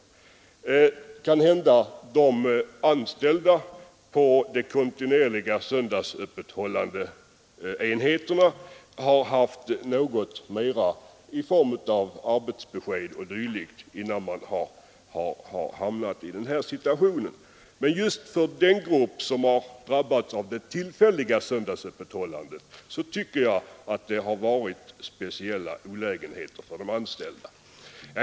Det kan hända att anställda på enheter med kontinuerligt söndagsöppethållande fått närmare besked om sina kommande arbetsförhållanden innan man hamnat i den här situationen. Men just för den grupp som drabbas av det tillfälliga söndagsöppethållandet tycker jag att det varit speciella olägenheter.